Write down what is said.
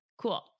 Cool